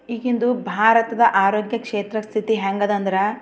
ಈಗಿನದು ಭಾರತದ ಆರೋಗ್ಯ ಕ್ಷೇತ್ರ ಸ್ಥಿತಿ ಹ್ಯಾಂಗದ ಅಂದ್ರೆ